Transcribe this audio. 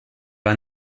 war